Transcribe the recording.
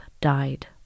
died